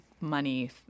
money